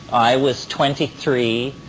i was twenty three,